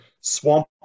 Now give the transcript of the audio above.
swamp